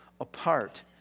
apart